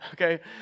okay